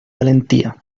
valentía